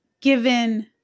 given